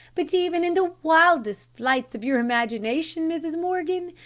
but even in the wildest flights of your imagination, mrs. morgan,